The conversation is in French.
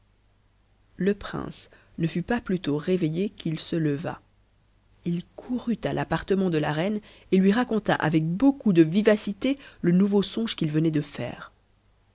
le prince ne fut pas plutôt réveillé qu'il se leva h courut à l'appartement de la reine et lui raconta avec beaucoup de vivacité le nouveau songe qu'il venait de faire